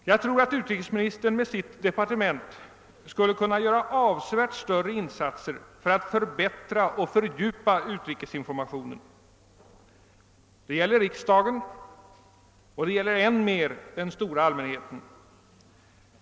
Jag tror att utrikesministern med sitt departement skulle kunna göra avsevärt större insatser för att förbättra och fördjupa utrikesinformationen. Det gäller riksdagen och det gäller än mer den stora allmänheten.